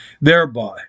Thereby